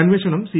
അന്വേഷണം സി